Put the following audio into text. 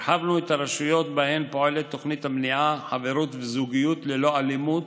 הרחבנו את הרשויות שבהן פועלת תוכנית המניעה "חברות וזוגיות ללא אלימות"